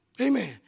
Amen